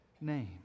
name